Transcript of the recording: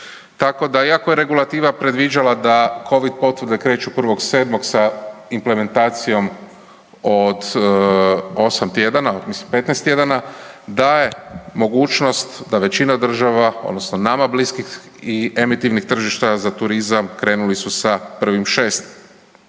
tako da iako je regulativa predviđala da covid potvrde kreću 1.7. sa implementacijom od 8 tjedana, mislim 15 tjedana, daje mogućnost da većina država odnosno nama bliskih i emitivnih tržišta za turizam krenuli su sa 1.6..